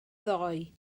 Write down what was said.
ddoe